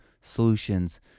solutions